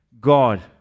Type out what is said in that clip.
God